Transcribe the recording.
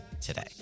today